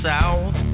South